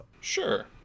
Sure